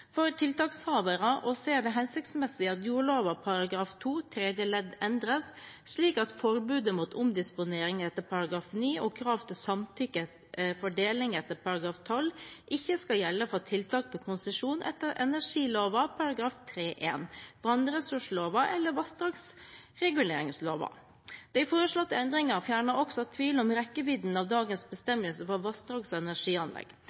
for tiltakshavere, og ser det hensiktsmessig at jordloven § 2 tredje ledd endres, slik at forbudet mot omdisponering etter § 9 og krav til samtykke for deling etter § 12 ikke skal gjelde for tiltak med konsesjon etter energiloven § 3-1, vannressursloven eller vassdragsreguleringsloven. De foreslåtte endringer fjerner også tvil om rekkevidden av dagens bestemmelse for vassdrags- og energianlegg.